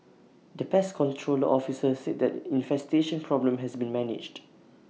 the pest control the officer said that infestation problem has been managed